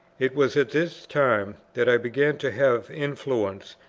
it was at this time that i began to have influence,